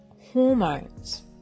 hormones